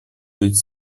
быть